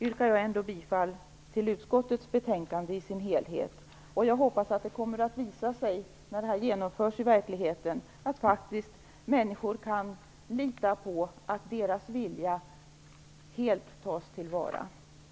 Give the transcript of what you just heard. yrkar jag bifall till utskottets hemställan i dess helhet. Jag hoppas att det kommer att visa sig när det här genomförs i verkligheten att människor kan lita på att deras vilja helt tas till vara.